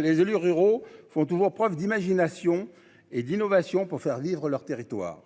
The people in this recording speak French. Les élus ruraux font toujours preuve d'imagination et d'innovation pour faire livrent leurs territoires.